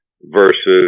versus